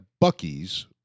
Bucky's